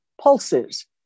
pulses